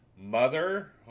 mother